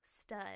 stud